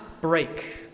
break